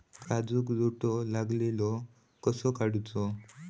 काजूक रोटो लागलेलो कसो काडूचो?